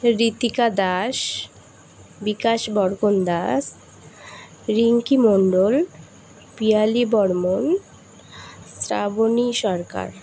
Ritika Das Bikash Barkandaz Rinki Mondal Piyali Barman Shrabani Sarkar